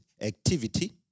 activity